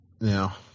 Now